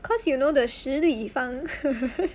cause you know the 实力乙方